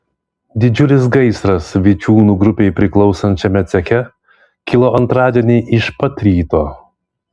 didžiulis gaisras vičiūnų grupei priklausančiame ceche kilo antradienį iš pat ryto